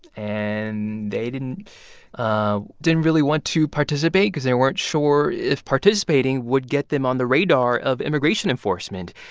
and they didn't ah didn't really want to participate because they weren't sure if participating would get them on the radar of immigration enforcement.